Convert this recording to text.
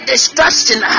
Destruction